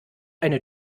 eine